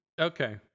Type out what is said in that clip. Okay